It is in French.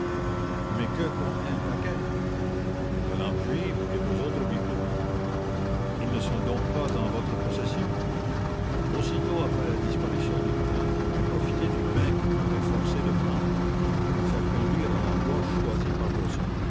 mais que contenait le paquet la lampe juive et vos autres bibelots ils ne sont donc pas en votre possession aussitôt après la disparition de lupin j'ai profité du bain qu'il m'avait forcé de prendre pour me faire conduire à l'endroit choisi par bresson